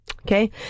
Okay